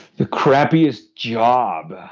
the crappiest job.